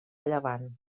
llevant